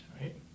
right